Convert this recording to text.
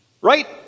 Right